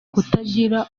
kutagira